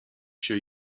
się